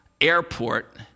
airport